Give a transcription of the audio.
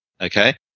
Okay